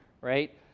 right